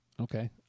Okay